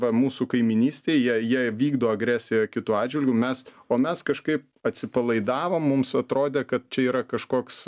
va mūsų kaimynystėj jie jie vykdo agresiją kitų atžvilgiu mes o mes kažkaip atsipalaidavom mums atrodė kad čia yra kažkoks